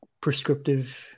Prescriptive